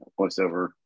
voiceover